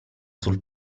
sul